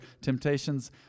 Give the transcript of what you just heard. temptations